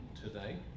today